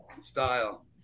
Style